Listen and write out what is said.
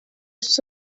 sus